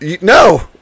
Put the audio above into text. No